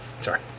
Sorry